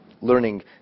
learning